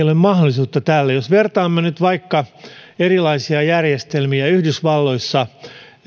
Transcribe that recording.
ole mahdollisuutta jos vertaamme nyt vaikka erilaisia järjestelmiä yhdysvalloissa